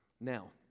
Now